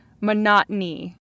monotony